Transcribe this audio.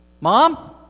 Mom